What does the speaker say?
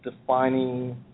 defining